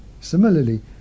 Similarly